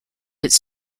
its